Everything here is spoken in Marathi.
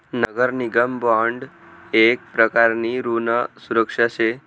नगर निगम बॉन्ड येक प्रकारनी ऋण सुरक्षा शे